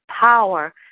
power